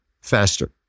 faster